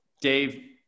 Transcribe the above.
Dave